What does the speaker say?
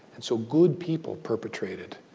and so, good people perpetrated.